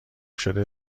شده